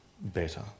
better